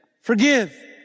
Forgive